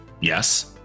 Yes